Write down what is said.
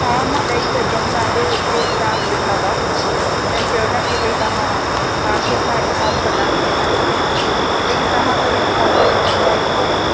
हा मां ॾेई वेई हुअमि तव्हांजे हुते स्टाफ़ वेठा हुआ उन्हनि चयो न की भाई तव्हां तव्हांखे असां इंफॉम कंदासीं लेकिनि तव्हां त इंफ़ॉम कढी कंदा ई ना आहियो